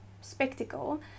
spectacle